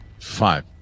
Five